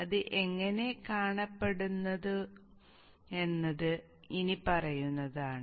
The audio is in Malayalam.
അത് എങ്ങനെ കാണപ്പെടുന്നു എന്നത് ഇനിപ്പറയുന്നതാണ്